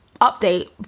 update